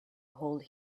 hold